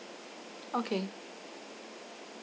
okay